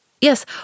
Yes